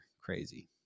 Crazy